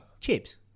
Chips